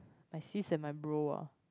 my sis and my bro ah